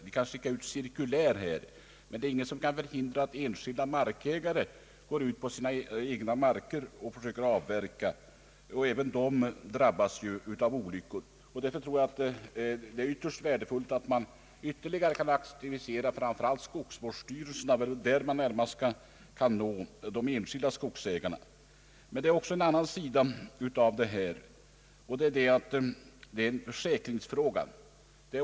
Den kan skicka ut cirkulär, men den kan inte förhindra att markägare går ut och försöker avverka. även markägare har ju drabbats av olyckor. Det vore ytterst värdefullt om man kunde ytterligare aktivera skogsvårdsstyrelsen, ty det är genom den man närmast kan nå de enskilda skogsägarna. Det finns också en annan sida av saken, nämligen försäkringsfrågan.